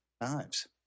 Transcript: knives